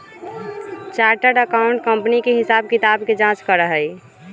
chartered accountant company के हिसाब किताब के जाँच करा हई